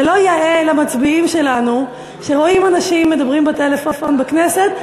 זה לא יאה למצביעים שלנו שהם רואים אנשים מדברים בטלפון בכנסת,